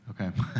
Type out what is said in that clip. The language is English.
Okay